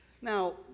Now